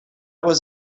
was